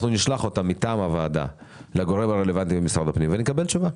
ואנחנו נשלח אותה מטעם הוועדה לגורם הרלוונטי במשרד הפנים ונקבל תשובה.